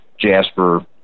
Jasper